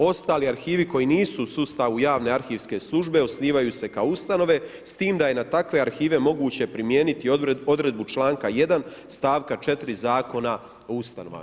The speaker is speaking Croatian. Ostali arhivi koji nisu u sustavu javne arhivske službe osnivaju se kao ustanove, s tim da je na takve arhive moguće primijeniti odredbu čl. 1., st. 4. Zakona o ustanovama.